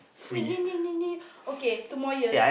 okay two more years